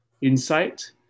insight